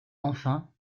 enfin